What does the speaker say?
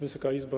Wysoka Izbo!